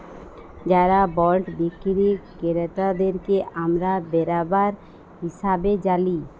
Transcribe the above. যারা বল্ড বিক্কিরি কেরতাদেরকে আমরা বেরাবার হিসাবে জালি